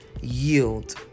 Yield